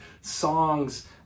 songs